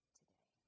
today